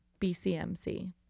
bcmc